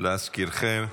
להזכירכם,